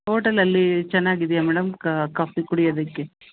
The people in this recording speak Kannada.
ಓಟಲಲ್ಲಿ ಚೆನ್ನಾಗಿದೆಯಾ ಮೇಡಮ್ ಕಾಫಿ ಕುಡಿಯೋದಕ್ಕೆ